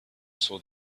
saw